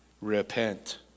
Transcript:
repent